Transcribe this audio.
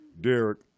Derek